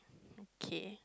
okay